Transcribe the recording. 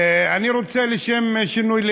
אני רוצה, לשם שינוי,